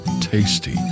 tasty